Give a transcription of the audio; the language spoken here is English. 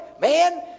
man